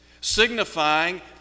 signifying